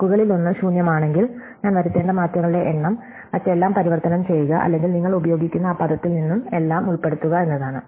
വാക്കുകളിലൊന്ന് ശൂന്യമാണെങ്കിൽ ഞാൻ വരുത്തേണ്ട മാറ്റങ്ങളുടെ എണ്ണം മറ്റെല്ലാം പരിവർത്തനം ചെയ്യുക അല്ലെങ്കിൽ നിങ്ങൾ ഉപയോഗിക്കുന്ന ആ പദത്തിൽ നിന്നും എല്ലാം ഉൾപ്പെടുത്തുക എന്നതാണ്